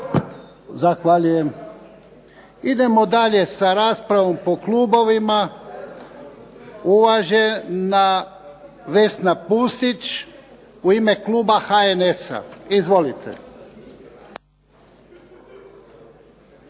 Zahvaljujem. Idemo dalje sa raspravom po klubovima. Uvažena Vesna Pusić u ime kluba HNS-a. Izvolite.